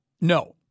No